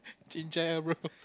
chin-cai ah bro